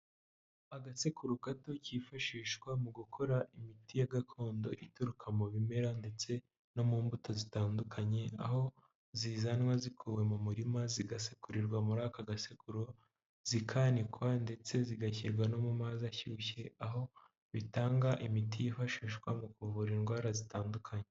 Agasekuru gato kifashishwa mu gukora imiti ya gakondo ituruka mu bimera ndetse no mu mbuto zitandukanye, aho zizanwa zikuwe mu murima zigasekurirwa muri aka gasekuro, zikanikwa ndetse zigashyirwa no mu mazi ashyushye, aho bitanga imiti yifashishwa mu kuvura indwara zitandukanye.